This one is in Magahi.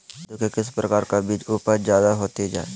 कददु के किस प्रकार का बीज की उपज जायदा होती जय?